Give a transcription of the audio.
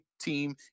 team